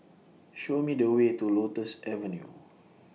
Show Me The Way to Lotus Avenue